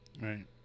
Right